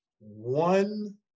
one